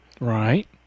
Right